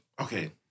okay